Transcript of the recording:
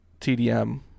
TDM